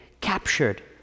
captured